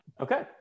Okay